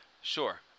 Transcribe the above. sure